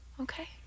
Okay